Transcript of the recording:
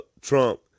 trump